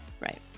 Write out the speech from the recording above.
Right